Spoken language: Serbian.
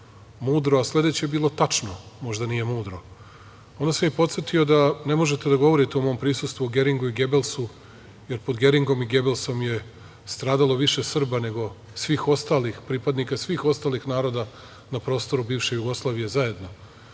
mudro, a sledeće je bilo tačno, možda nije mudro. Onda sam ih podsetio da ne možete da govorite u mom prisustvu o Geringu i Gebelsu, jer pod Geringom i Gebelsom je stradalo više Srba, nego svih ostalih pripadnika svih ostalih naroda, na prostoru bivše Jugoslavije, zajedno